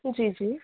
जी जी